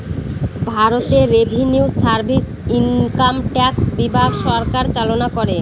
ভারতে revenue service income tax বিভাগ সরকার চালনা করে